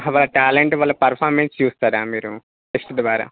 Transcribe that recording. వాళ్ళ టాలెంట్ వాళ్ళ పెర్ఫార్మన్స్ చూస్తారా మీరు టెస్ట్ ద్వారా